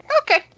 Okay